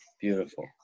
beautiful